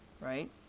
right